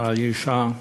שהאישה,